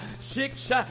six